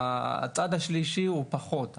הצד השלישי הוא פחות,